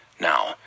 Now